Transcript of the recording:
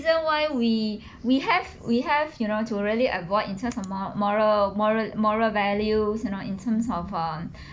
reason why we we have we have you know to really avoid in terms of mor~ moral moral moral values you know in terms of uh